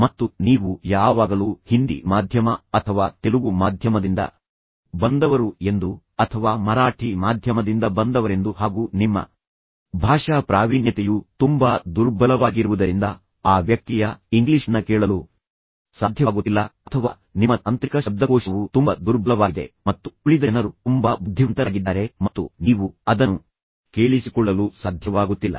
ಮತ್ತು ನೀವು ಯಾವಾಗಲೂ ಹಿಂದಿ ಮಾಧ್ಯಮ ಅಥವಾ ತೆಲುಗು ಮಾಧ್ಯಮದಿಂದ ಬಂದವರು ಎಂದು ಅಥವಾ ಮರಾಠಿ ಮಾಧ್ಯಮದಿಂದ ಬಂದವರೆಂದು ಹಾಗು ನಿಮ್ಮ ಭಾಷಾ ಪ್ರಾವೀಣ್ಯತೆಯು ತುಂಬಾ ದುರ್ಬಲವಾಗಿರುವುದರಿಂದ ಆ ವ್ಯಕ್ತಿಯ ಇಂಗ್ಲಿಷ್ ನ ಕೇಳಲು ಸಾಧ್ಯವಾಗುತ್ತಿಲ್ಲ ಅಥವಾ ನಿಮ್ಮ ತಾಂತ್ರಿಕ ಶಬ್ದಕೋಶವು ತುಂಬ ದುರ್ಬಲವಾಗಿದೆ ಮತ್ತು ಉಳಿದ ಜನರು ತುಂಬಾ ಬುದ್ಧಿವಂತರಾಗಿದ್ದಾರೆ ಮತ್ತು ನೀವು ಅದನ್ನು ಕೇಳಿಸಿಕೊಳ್ಳಲು ಸಾಧ್ಯವಾಗುತ್ತಿಲ್ಲ